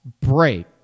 break